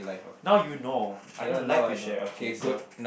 now you know I don't like to share okay so